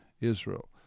Israel